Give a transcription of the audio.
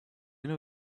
know